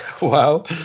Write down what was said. Wow